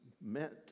meant